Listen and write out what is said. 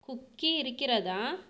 cookie இருக்கிறதா